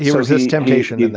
you know resist temptation.